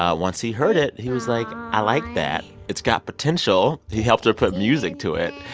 um once he heard it, he was like, i like that. it's got potential. he helped her put music to it,